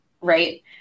right